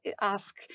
ask